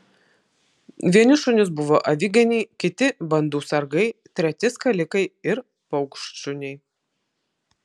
vieni šunys buvo aviganiai kiti bandų sargai treti skalikai ar paukštšuniai